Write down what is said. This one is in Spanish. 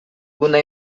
una